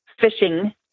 phishing